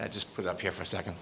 that just put up here for a second